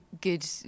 good